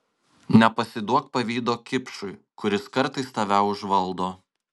nepasiduok pavydo kipšui kuris kartais tave užvaldo